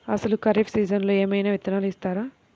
అసలు ఖరీఫ్ సీజన్లో ఏమయినా విత్తనాలు ఇస్తారా?